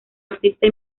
artista